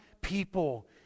people